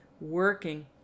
working